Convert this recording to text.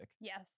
Yes